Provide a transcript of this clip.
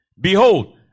Behold